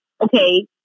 okay